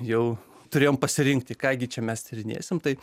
jau turėjom pasirinkti ką gi čia mes tyrinėsim tai